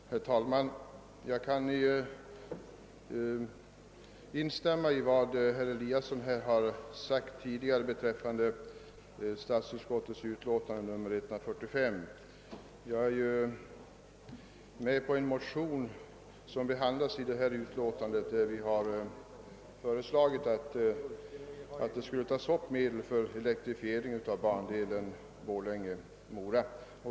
Herr talman! Jag kan instämma i vad herr Eliasson anfört beträffande statsutskottets utlåtande nr 145. Jag har varit med om att underteckna en motion som behandlas i förevarande utlåtande. Vi har i motionen föreslagit att medel skall anvisas till elektrifiering av bandelen Borlänge—Mora.